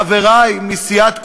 חברי מסיעת כולנו,